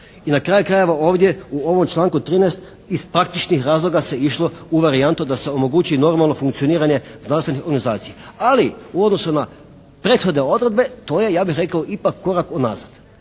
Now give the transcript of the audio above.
I na kraju krajeva ovdje, u ovom članku 13. iz praktičnih razloga se išlo u varijantu da se omogući normalno funkcioniranje znanstvenih organizacija. Ali u odnosu na prethodne odredbe to je, ja bih rekao ipak korak unazad.